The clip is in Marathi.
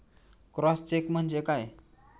क्रॉस चेक म्हणजे काय?